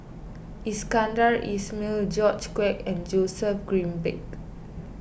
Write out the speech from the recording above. Iskandar Ismail George Quek and Joseph Grimberg